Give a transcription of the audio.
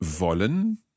wollen